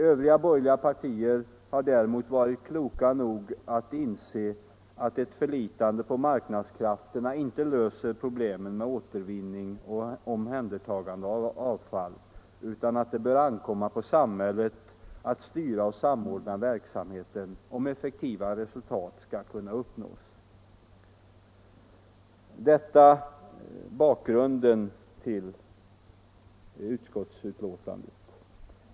Övriga borgerliga partier har däremot varit kloka nog att inse att ett förlitande på marknadskrafterna inte löser problemen med återvinning och omhändertagande av avfall, utan att det bör ankomma på samhället att styra och samordna verksamheten, om effektiva resultat skall kunna uppnås. Detta är bakgrunden till utskottsbetänkandet.